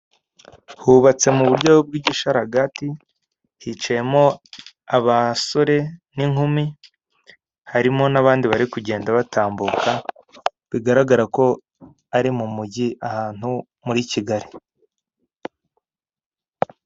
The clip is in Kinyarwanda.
Hubatse mu buryo bw'igisharagati, hicayemo abasore n'inkumi, harimo n'abandi bari kugenda batambuka bigaragara ko ari mu mujyi ahantu muri Kigali.